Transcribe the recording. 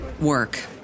work